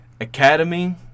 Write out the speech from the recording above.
Academy